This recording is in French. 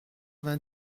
vingt